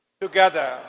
together